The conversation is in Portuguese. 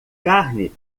carne